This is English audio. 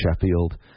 Sheffield